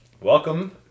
Welcome